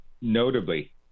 notably